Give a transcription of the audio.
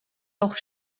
doch